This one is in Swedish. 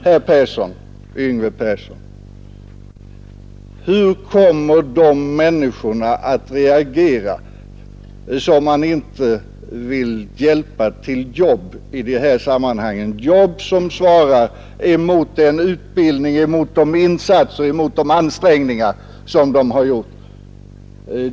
Herr Yngve Persson, hur kommer de människorna att reagera som man inte vill hjälpa till jobb i de här sammanhangen — jobb som svarar mot deras utbildning, mot de insatser och ansträngningar som de har gjort?